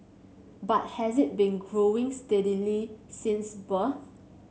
but has it been growing steadily since birth